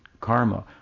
karma